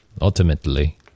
ultimately